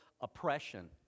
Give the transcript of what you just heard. oppression